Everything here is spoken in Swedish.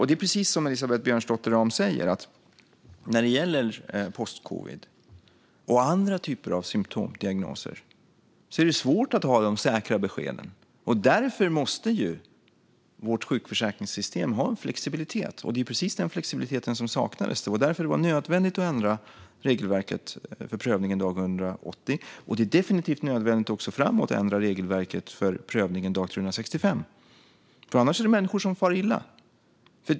Det är precis som Elisabeth Björnsdotter Rahm säger: När det gäller postcovid och andra typer av symtom och diagnoser är det svårt att ha de säkra beskeden. Därför måste vårt sjukförsäkringssystem ha en flexibilitet, och det var precis den flexibiliteten som saknades. Det var därför det var nödvändigt att ändra regelverket för prövningen dag 180, och det är definitivt också nödvändigt att framdeles ändra regelverket för prövningen dag 365. Annars är det människor som far illa.